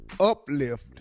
uplift